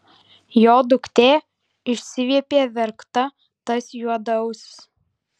jo duktė išsiviepė verkta tas juodaūsis